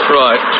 right